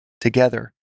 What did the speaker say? together